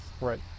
right